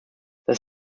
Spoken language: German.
das